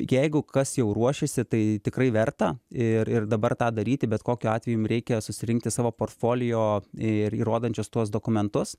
jeigu kas jau ruošiasi tai tikrai verta ir ir dabar tą daryti bet kokiu atveju reikia susirinkti savo porfolio ir įrodančius tuos dokumentus